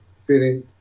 feeling